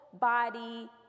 body